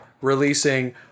releasing